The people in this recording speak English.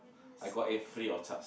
I got in free of charge